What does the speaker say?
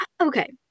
okay